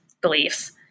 beliefs